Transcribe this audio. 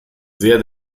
sehr